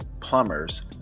plumbers